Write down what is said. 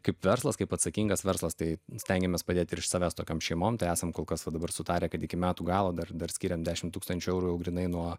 kaip verslas kaip atsakingas verslas tai stengiamės padėti ir iš savęs tokiom šeimom tai esam kol kas va dabar sutarę kad iki metų galo dar dar skiriam dešim tūkstančių eurų grynai nuo